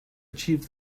achieve